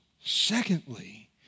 Secondly